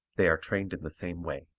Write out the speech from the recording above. they are trained in the same way.